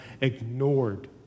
ignored